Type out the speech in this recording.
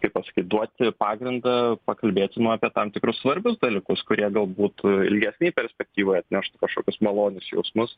kaip pasakyt duoti pagrindą pakalbėsim apie tam tikrus svarbius dalykus kurie galbūt ilgesnėj perspektyvoje atneš kažkokius malonius jausmus